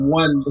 one